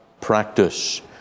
practice